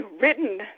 written